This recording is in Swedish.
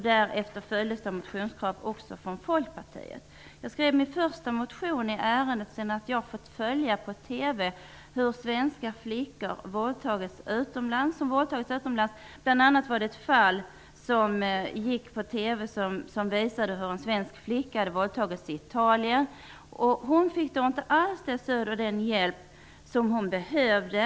Därefter följdes de av motionskrav också från Jag skrev min första motion i ärendet sedan jag på TV hade fått följa hur svenska flickor hade våldtagits utomlands. Man tog bl.a. upp ett fall om en svensk flicka som hade våldtagits i Italien. Hon fick inte alls det stöd och den hjälp som hon behövde.